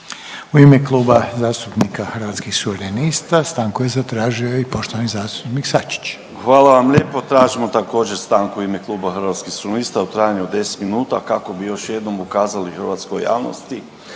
U ime Kluba zastupnika Hrvatskih suverenista stanku je zatražio i poštovani zastupnik Sačić. **Sačić, Željko (Hrvatski suverenisti)** Hvala vam lijepo. Tražim također stanku u ime kluba Hrvatskih suverenista u trajanju od 10 minuta kako bi još jednom ukazali hrvatskoj javnosti